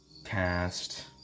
cast